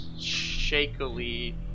shakily